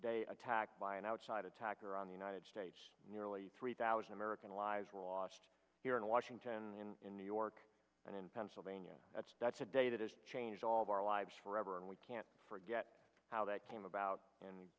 day attack by an outside attack or on the united states nearly three thousand american lives were lost here in washington in new york and in pennsylvania that's that's a day that has changed all of our lives forever and we can't forget how that came about and